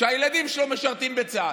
שהילדים שלו משרתים בצה"ל.